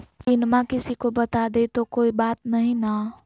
पिनमा किसी को बता देई तो कोइ बात नहि ना?